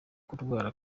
kurwara